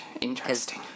Interesting